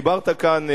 דיברת כאן,